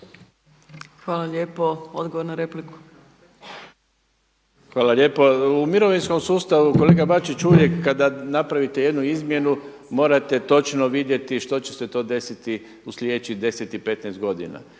Hvala lijepo. Odgovor na repliku. **Mrsić, Mirando (SDP)** Hvala lijepo. U mirovinskom sustavu, kolega Bačić, uvijek kada napravite jednu izmjenu morate točno vidjeti što će se to desiti u sljedećih 10 i 15 godina.